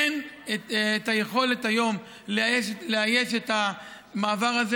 אין את היכולת היום לאייש את המעבר הזה.